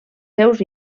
seus